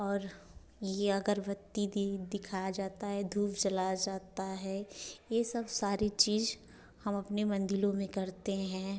और ये अगरबत्ती दिखाया जाता है धूप जलाया जाता है ये सब सारी चीज़ हम अपने मंदिरों में करते हैं